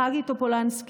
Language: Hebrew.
זה חגי טופולנסקי,